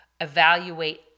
evaluate